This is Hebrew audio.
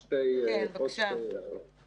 שי, זה נשמע לי כבר מוכר.